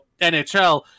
NHL